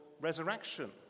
resurrection